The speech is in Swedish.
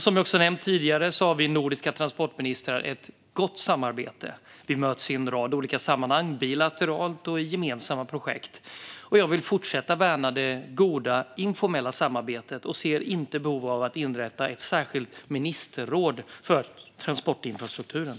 Som jag också nämnt tidigare har vi nordiska transportministrar ett gott samarbete. Vi möts i en rad olika sammanhang, bilateralt och i gemensamma projekt. Jag vill fortsätta att värna det goda informella samarbetet och ser inte behov av att inrätta ett särskilt ministerråd för transportinfrastrukturen.